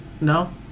No